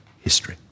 history